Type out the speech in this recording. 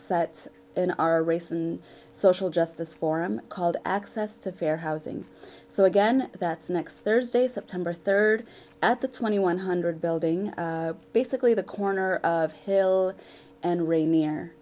set in our race and social justice forum called access to fair housing so again that's next thursday september third at the twenty one hundred building basically the corner of hill and rainier